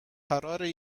قراره